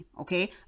Okay